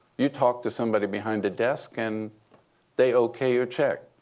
you talk to somebody behind the desk, and they ok your check.